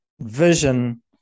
Vision